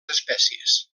espècies